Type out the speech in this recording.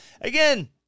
again